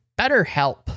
BetterHelp